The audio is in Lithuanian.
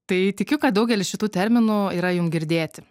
tai tikiu kad daugelis šitų terminų yra jum girdėti